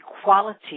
equality